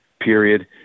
period